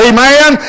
Amen